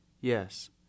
Yes